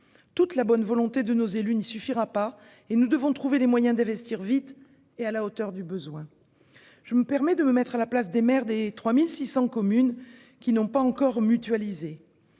Toute la bonne volonté de nos élus n'y suffira pas et nous devons trouver les moyens d'investir vite et à la hauteur des besoins. Je me permets de me mettre à la place des maires des 3 600 communes qui n'ont pas encore mutualisé